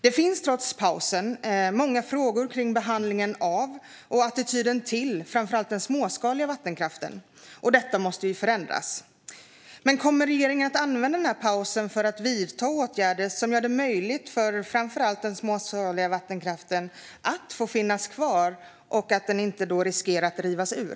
Det finns, trots pausen, många frågor om behandlingen av och attityden till framför allt den småskaliga vattenkraften. Detta måste förändras. Kommer regeringen att använda denna paus för att vidta åtgärder som gör det möjligt för framför allt den småskaliga vattenkraften att finnas kvar och som ser till att den inte riskerar att drivas ut?